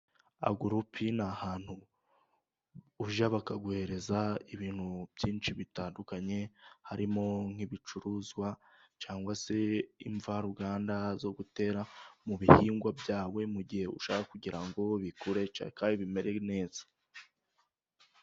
Agurupi ni ahantu ujya bakaguhereza ibintu byinshi bitandukanye, harimo nk'ibicuruzwa cyangwa se imvaruganda zo gutera mu bihingwa byawe mu gihe ushaka kugira ngo bikure kandi bimere neza.